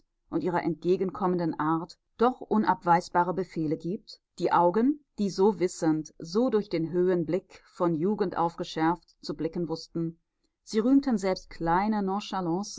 und ihrer entgegenkommenden art doch unabweisbare befehle gibt die augen die so wissend so durch den höhenblick von jugend auf geschärft zu blicken wußten sie rühmten selbst kleine